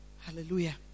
Hallelujah